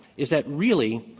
is that really,